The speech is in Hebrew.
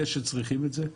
אלה שצריכים את זה,